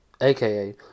aka